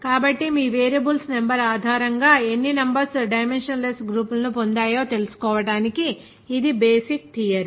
కాబట్టి మీ variables number ఆధారంగా ఎన్ని నంబర్స్ డైమెన్షన్ లెస్ గ్రూపులను పొందుతాయో తెలుసుకోవడానికి ఇది బేసిక్ థియరీ